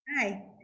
Hi